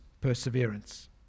perseverance